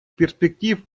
перспектив